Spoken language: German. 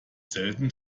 selten